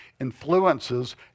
influences